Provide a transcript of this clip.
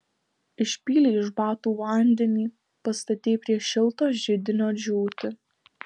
išpylei iš batų vandenį pastatei prie šilto židinio džiūti